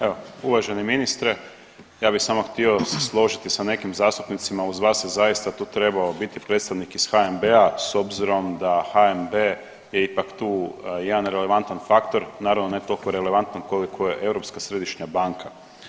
Evo uvaženi ministre ja bi samo htio se složiti sa nekim zastupnicima, uz vas je zaista tu trebao biti predstavnik iz HNB-a s obzirom da HNB je ipak tu jedan relevantan faktor, naravno ne toliko relevantan koliko je Europska središnja banka.